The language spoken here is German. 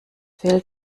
fehlt